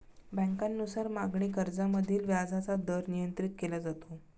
बँकांनुसार मागणी कर्जामधील व्याजाचा दर नियंत्रित केला जातो